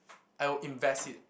I would invest it